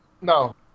No